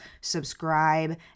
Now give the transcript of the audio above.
subscribe